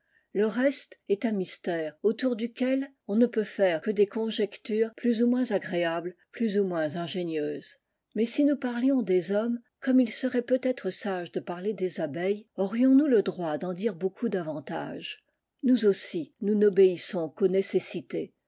le reste est un mystère autour duquv on ne peut faire que des conjectures plus ou moins agréables plus ou moins ingénieuses mais si nous parlions des hommes comme il serait peut-être sage de parler des abeilles aurions-nous le droit d'en dire beaucoup davantage nous aussi nous n'obéissons qu'aux nécessités